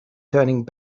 turning